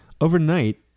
Overnight